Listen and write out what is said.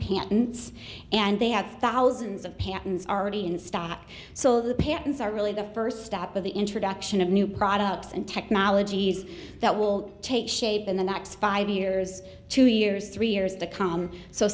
pants and they have thousands of patents are already in stock so the patents are really the first step of the introduction of new products and technologies that will take shape in the next five years two years three years to come so